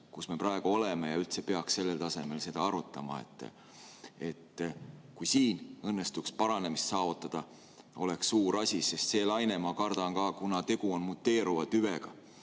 kus me praegu oleme. Üldse peaks sellel tasemel seda arutama. Kui siin õnnestuks paranemist saavutada, oleks suur asi, sest see laine, ma kardan, kuna tegu on muteeruva tüvega